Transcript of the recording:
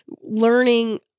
learning